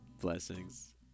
Blessings